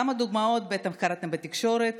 על כמה דוגמאות בטח קראתם בתקשורת,